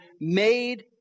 made